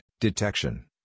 detection